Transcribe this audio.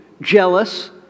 jealous